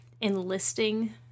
enlisting